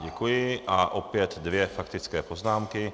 Děkuji a opět dvě faktické poznámky.